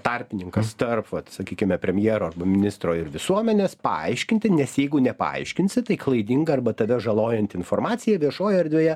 tarpininkas tarp vat sakykime premjero arba ministro ir visuomenės paaiškinti nes jeigu nepaaiškinsi tai klaidinga arba tave žalojanti informacija viešoje erdvėje